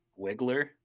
Wiggler